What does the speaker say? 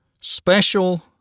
special